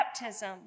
baptism